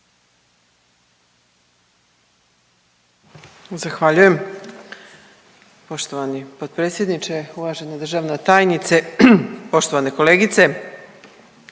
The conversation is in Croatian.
Zahvaljujem poštovani potpredsjedniče, uvažena državna tajnice, poštovane kolegice.